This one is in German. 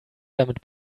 damit